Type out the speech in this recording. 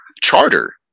charter